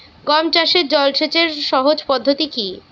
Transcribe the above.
গম চাষে জল সেচের সহজ পদ্ধতি কি?